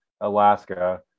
Alaska